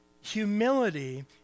humility